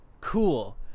cool